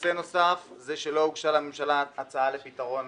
נושא נוסף זה שלא הוגשה לממשלה הצעה לפתרון